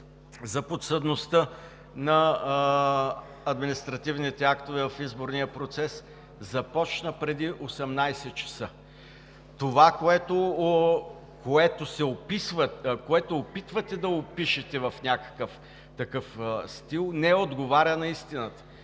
за подсъдността на административните актове в изборния процес, започна преди 18,00 ч. Това, което се опитвате да опишете в някакъв такъв стил, не отговаря на истината.